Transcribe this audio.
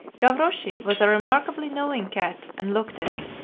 gavroche was a remarkably knowing cat, and looked it.